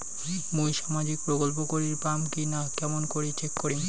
মুই সামাজিক প্রকল্প করির পাম কিনা কেমন করি চেক করিম?